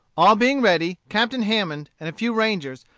all being ready, captain hammond, and a few rangers,